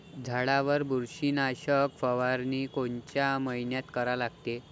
झाडावर बुरशीनाशक फवारनी कोनच्या मइन्यात करा लागते?